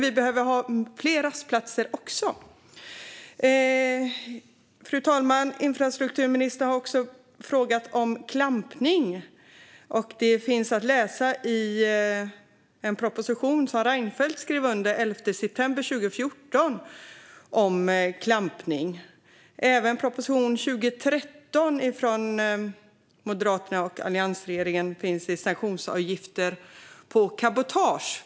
Vi behöver fler rastplatser också. Fru talman! Infrastrukturministern har också frågat om klampning. Det kan man läsa om i en proposition om klampning som Reinfeldt skrev under den 11 september 2014. I proposition 2013/14:234 från Moderaterna och alliansregeringen står det om sanktionsavgifter på cabotage.